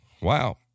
wow